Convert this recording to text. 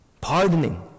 Pardoning